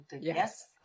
Yes